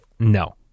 No